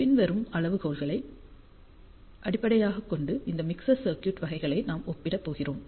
பின்வரும் அளவுகோல்களை அடிப்படையாகக் கொண்டு இந்த மிக்சர் சர்க்யூட் வகைகளை நாம் ஒப்பிடப் போகிறோம்